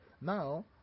Now